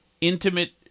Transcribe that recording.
intimate